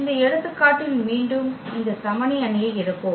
இந்த எடுத்துக்காட்டில் மீண்டும் இந்த சமனி அணியை எடுப்போம்